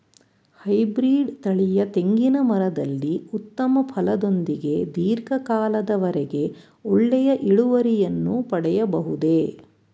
Hybrid ತಳಿಯ ತೆಂಗಿನ ಮರದಲ್ಲಿ ಉತ್ತಮ ಫಲದೊಂದಿಗೆ ಧೀರ್ಘ ಕಾಲದ ವರೆಗೆ ಒಳ್ಳೆಯ ಇಳುವರಿಯನ್ನು ಪಡೆಯಬಹುದೇ?